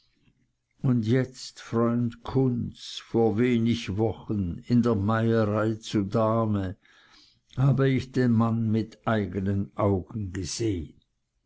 und jetzt freund kunz vor wenig wochen in der meierei zu dahme habe ich den mann mit meinen eigenen augen gesehn